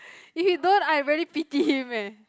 if he don't I really pity him eh